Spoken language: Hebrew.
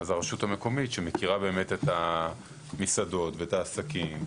ואז הרשות המקומית שמכירה את המסעדות ואת העסקים,